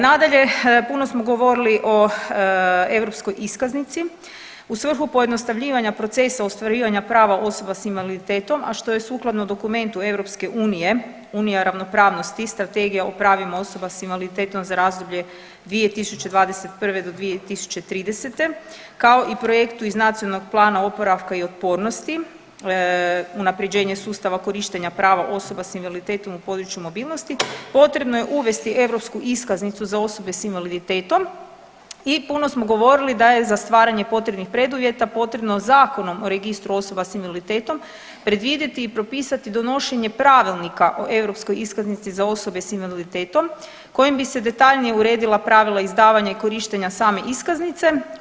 Nadalje, puno smo govorili o europskoj iskaznici, u svrhu pojednostavljivanja procesa ostvarivanja prava osoba s invaliditetom, a što je sukladno dokumentu EU Unija ravnopravnosti i Strategija o pravima osoba s invaliditetom za razdoblje 2021.2030., kao i projektu iz NPOO-a unapređenje sustava korištenja prava osoba s invaliditetom u području mobilnosti potrebno je uvesti europsku iskaznicu za osobe s invaliditetom i puno smo govorili da je za stvaranje potrebnih preduvjeta potrebno Zakonom o registru osoba s invaliditetom predvidjeti i propisati donošenje pravilnika o europskoj iskaznici za osobe s invaliditetom kojim bi se detaljnije uredila pravila i izdavanje i korištenja same iskaznice.